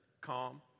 calm